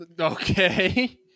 Okay